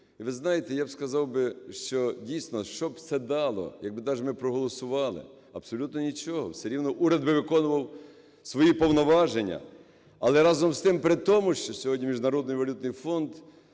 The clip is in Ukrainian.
І ви знаєте, я сказав би, що дійсно, що б це дало, якби даже ми проголосували? Абсолютно нічого, все рівно уряд би виконував свої повноваження. Але разом з тим при тому, що сьогодні Міжнародний валютний фонд,